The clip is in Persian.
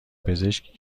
پزشکی